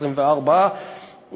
24,